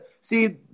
see